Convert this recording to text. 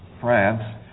France